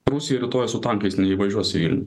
prūsijoj rytoj su tankais neįvažiuosi į